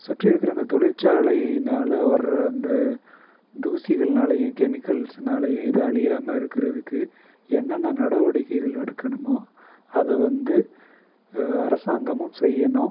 சுற்றி இருக்கிற இந்த தொழில்சாலையினால் வர்ற அந்த தூசிகள்னாலேயும் கெமிக்கல்ஸ்னாலேயும் இது அழியாமல் இருக்கிறதுக்கு என்னென்ன நடவடிக்கைகள் எடுக்கணுமோ அதை வந்து அரசாங்கமும் செய்யணும்